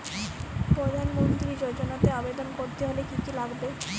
প্রধান মন্ত্রী যোজনাতে আবেদন করতে হলে কি কী লাগবে?